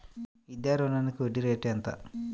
విద్యా రుణానికి వడ్డీ రేటు ఎంత?